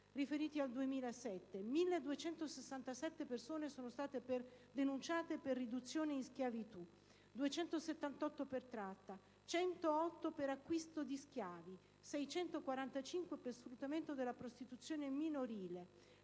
riferiti al 2007: 1.267 persone sono state denunciate per riduzione in schiavitù; 278 per tratta, 108 per acquisto di schiavi, 645 per sfruttamento della prostituzione minorile;